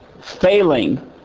failing